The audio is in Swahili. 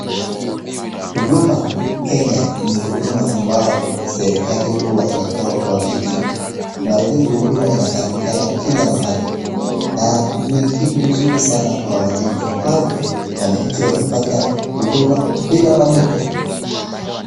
Huduma Kenya ni huduma ambao serikali huwa inatoa kwa wananchi. Mara nyingi huduma inapatikana kila mahali. Na ni kitu mzuri sana kwa wananchi kwani wananchi wanapata huduma bila malipo.